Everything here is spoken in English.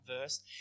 verse